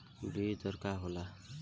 बीज दर का होला?